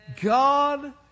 God